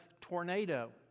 tornado